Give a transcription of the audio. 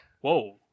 Whoa